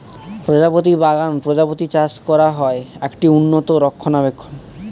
প্রজাপতি বাগান প্রজাপতি চাষ করা হয়, একটি উন্নত রক্ষণাবেক্ষণ